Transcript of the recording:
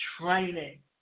training